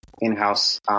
in-house